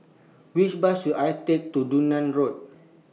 Which Bus should I Take to Dunearn Road